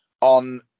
on